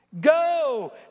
Go